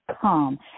come